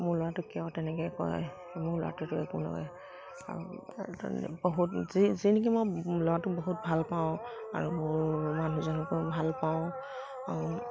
মোৰ ল'ৰাটোক কিয় তেনেকৈ কয় মোৰ ল'ৰাটোতো একো নকৰে বহুত যি যি নেকি মই ল'ৰাটোক বহুত ভালপাওঁ আৰু মোৰ মানুহজনকো ভালপাওঁ আৰু